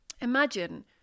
imagine